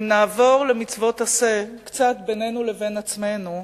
אם נעבור למצוות "עשה", קצת בינינו לבין עצמנו,